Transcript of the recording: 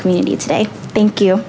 community today thank you